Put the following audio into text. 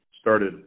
started